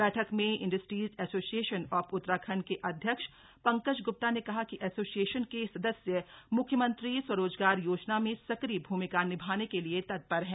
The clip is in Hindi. बै क में इंडस्ट्रीज एसोसिएशन ऑफ उत्तराखण्ड के अध्यक्ष पंकज ग्रुप्ता ने कहा कि एसोसियेशन के सदस्य म्ख्यमंत्री स्वोजगार योजना में सक्रिय भ्र्मिका निभाने के लिए तत्पर हैं